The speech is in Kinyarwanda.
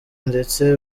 ndetse